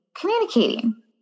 communicating